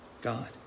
God